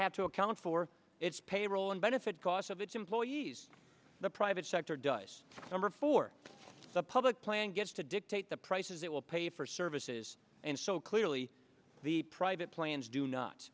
have to account for its payroll and benefit costs of its employees the private sector does number for the public plan gets to dictate the prices it will pay for services and so clearly the private plans do not